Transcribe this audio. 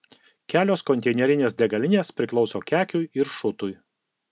kelios konteinerinės degalinės priklauso kekiui ir šutui